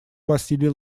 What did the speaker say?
василий